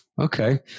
Okay